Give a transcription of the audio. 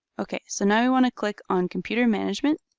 ok, so now you want to click on computer management.